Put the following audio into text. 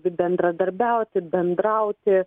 bendradarbiauti bendrauti